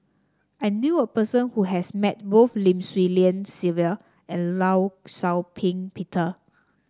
I knew a person who has met both Lim Swee Lian Sylvia and Law Shau Ping Peter